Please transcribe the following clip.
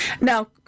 Now